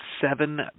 seven